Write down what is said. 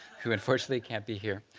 who unfortunately can't be here.